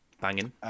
banging